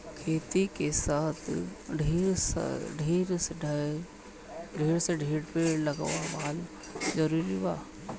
खेती के साथे ढेर से ढेर पेड़ लगावल जरूरी बा